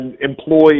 employed